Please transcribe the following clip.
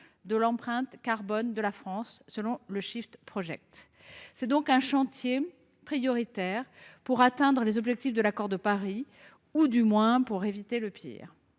de l’empreinte carbone de la France, selon les travaux de. Il s’agit donc d’un chantier prioritaire pour atteindre les objectifs de l’accord de Paris, ou du moins pour éviter le pire…